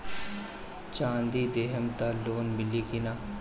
चाँदी देहम त लोन मिली की ना?